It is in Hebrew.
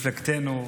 ממפלגתנו,